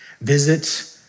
visit